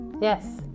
Yes